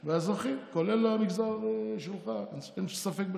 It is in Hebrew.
לאזרחים, כולל המגזר שלך, אין ספק בכלל.